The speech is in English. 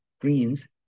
greens